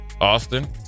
Austin